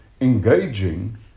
engaging